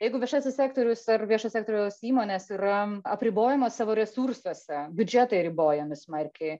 jeigu viešasis sektorius ar viešo sektoriaus įmonės yra apribojamos savo resursuose biudžetai ribojami smarkiai